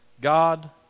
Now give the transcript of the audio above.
God